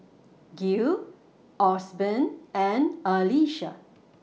Gil Osborn and Alysha